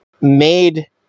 made